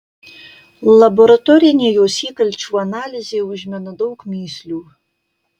laboratorinė jos įkalčių analizė užmena daug mįslių